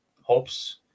hopes